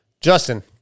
Justin